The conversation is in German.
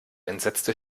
entsetzte